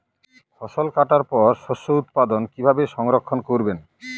ফসল কাটার পর শস্য উৎপাদন কিভাবে সংরক্ষণ করবেন?